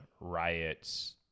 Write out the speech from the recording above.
riots